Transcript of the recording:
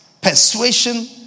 persuasion